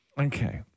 Okay